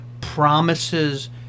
promises